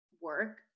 work